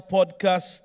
Podcast